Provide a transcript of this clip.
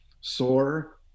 sore